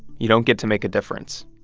you don't get to make a difference.